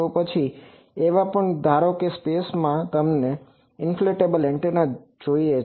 તો પછી એવા પણ છે કે ધારો કે સ્પેસમાં તમને ઇન્ફ્લેટેબલ એન્ટેના જોઈએ છે